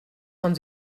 von